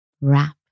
wrap